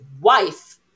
wife